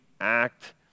act